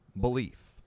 belief